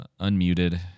Unmuted